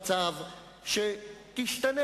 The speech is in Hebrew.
איך מסיימים מצב שבו הקואליציה מתנקמת באופוזיציה,